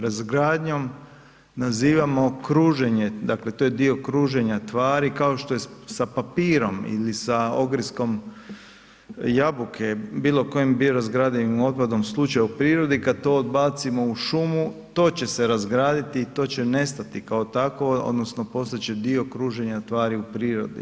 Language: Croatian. Razgradnjom nazivamo kruženje dakle to je dio kruženja tvari, kao što je sa papirom ili sa ogrsikom jabuke, bilo kojim biorazgradivim otpadom slučaj u prirodi kada to odbacimo u šumu to će se razgraditi i to će nestati kao takvo odnosno postat će dio kruženja tvari u prirodi.